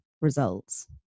results